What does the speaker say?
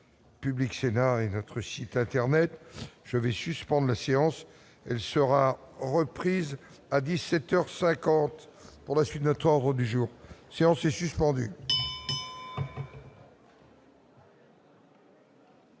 Public-Sénat et notre site internet, je vais suspende la séance, elle sera reprise à 17 heures 50 pour la la suite de notre ordre du jour séance est suspendue.